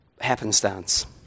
happenstance